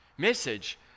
Message